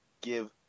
give